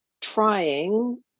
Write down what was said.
trying